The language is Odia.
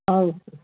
ହଉ